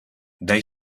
dai